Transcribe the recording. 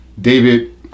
David